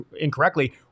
incorrectly